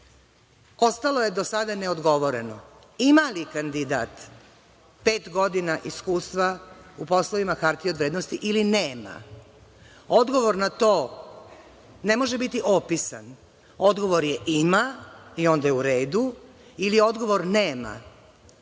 Ostalo je do sada ne odgovoreno ima li kandidat pet godina iskustva u poslovima hartije od vrednosti ili nema. Odgovor na to ne može biti opisan, odgovor je – ima, i onda je u redu, ili je odgovor – nema,